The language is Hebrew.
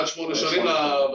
עד שמונה שנים לבטרייה.